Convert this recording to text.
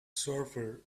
surfer